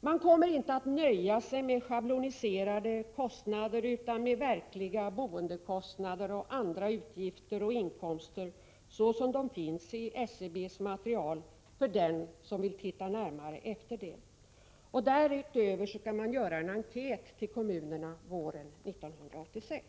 Man kommer inte att nöja sig med schabloniserade kostnader utan man skall utgå från verkliga boendekostnader, liksom utgifter och inkomster i övrigt så som dessa finns redovisade i SCB:s material för den som vill studera saken närmare. Därutöver skall det göras en enkät bland kommunerna under våren i år.